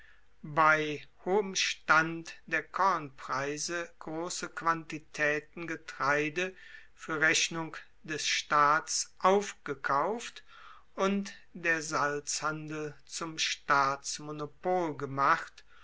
bei hohem stand der kornpreise grosse quantitaeten getreide fuer rechnung des staats aufgekauft und der salzhandel zum staatsmonopol gemacht